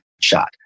shot